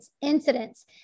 incidents